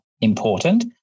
important